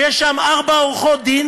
יש שם ארבע עורכות-דין